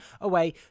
away